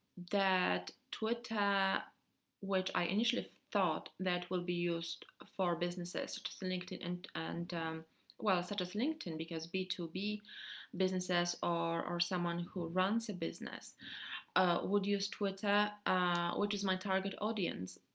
that twitter which i initially thought that will be used for businesses, linkedin and and well such as linkedin because b two b businesses or or someone who runs a business would use twitter which is my target audience,